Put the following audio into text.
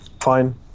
fine